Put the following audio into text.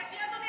שאני אקרא לך?